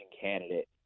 candidate